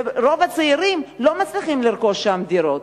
ורוב הצעירים לא מצליחים לרכוש שם דירות.